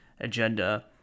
agenda